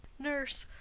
nurse.